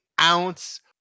ounce